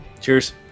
Cheers